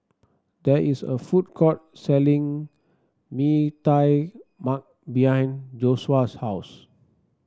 there is a food court selling Mee Tai Mak behind Joshua's house